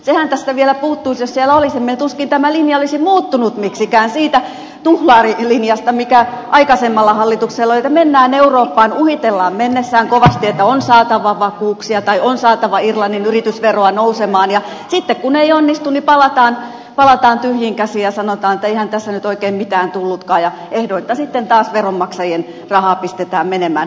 sehän tästä vielä puuttuisi jos siellä olisimme ja tuskin tämä linja olisi muuttunut miksikään siitä tuhlarilinjasta mikä aikaisemmalla hallituksella oli että mennään eurooppaan uhitellaan mennessä kovasti että on saatava vakuuksia tai on saatava irlannin yritysveroa nousemaan ja sitten kun ei onnistu palataan tyhjin käsin ja sanotaan että eihän tästä nyt oikein mitään tullutkaan ja ehdoitta sitten taas veronmaksajien rahaa pistetään menemään